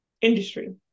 industry